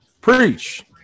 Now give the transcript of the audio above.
Preach